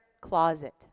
closet